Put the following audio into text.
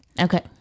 Okay